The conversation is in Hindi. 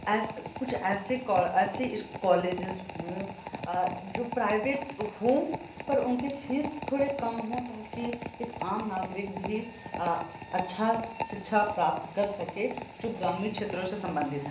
कुछ ऐसे ऐसे कॉलेजेस हो जो प्राइवेट हों पर फ़ीस थोड़ी कम हो ताकि एक आम नागरिक भी अच्छा शिक्षा प्राप्त कर सके जो ग्रामीण क्षेत्रों से संबधित हैं